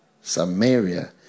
Samaria